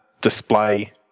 display